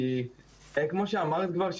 כי כמו אמרת כבר,